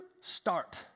start